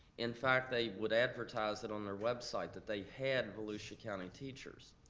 in fact, they would advertise it on their website that they had volusia county teachers.